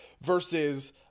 versus